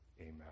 Amen